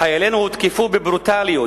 חיילינו הותקפו בברוטליות,